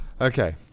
Okay